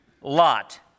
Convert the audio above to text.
Lot